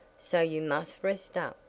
so you must rest up,